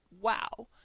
wow